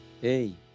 Hey